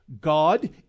God